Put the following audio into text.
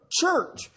Church